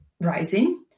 rising